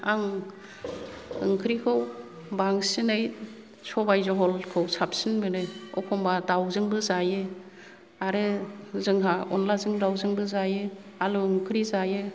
आं ओंख्रिखौ बांसिनै सबाइ जहलखौ साबसिन मोनो एखम्ब्ला दावजोंबो जायो आरो जोंहा अनलाजों दावजोंबो जायो आलु ओंख्रि जायो